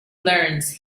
learns